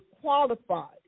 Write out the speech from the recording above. qualified